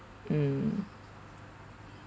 mm